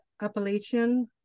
Appalachian